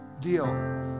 deal